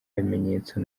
bimenyetso